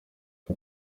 twe